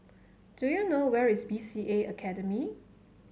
do you know where is B C A Academy